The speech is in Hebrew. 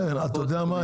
אתה יודע מה,